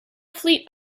fleet